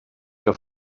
que